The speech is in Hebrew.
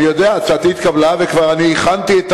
אני יודע שהצעתי התקבלה וכבר הכנתי את